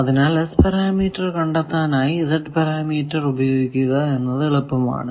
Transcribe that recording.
അതിനാൽ S parameter കണ്ടെത്താനായി Z parameter ഉപയോഗിക്കുക എന്നത് എളുപ്പമാണ്